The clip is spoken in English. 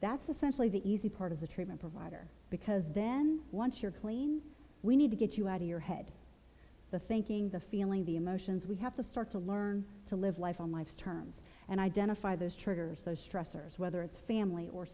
that's essentially the easy part of the treatment provider because then once you're clean we need to get you out of your head the thinking the feeling the emotions we have to start to learn to live life on life's terms and identify those triggers those stressors whether it's family or